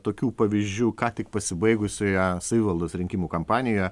tokių pavyzdžių ką tik pasibaigusioje savivaldos rinkimų kampanijoje